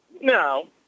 No